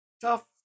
tough